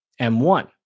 M1